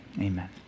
amen